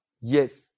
Yes